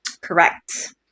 Correct